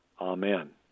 Amen